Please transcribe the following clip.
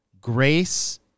Grace